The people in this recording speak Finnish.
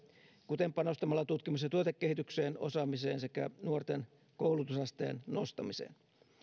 kuten panostamalla tutkimus ja tuotekehitykseen osaamiseen sekä nuorten koulutusasteen nostamiseen